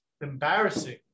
embarrassing